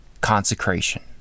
Consecration